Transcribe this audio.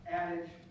adage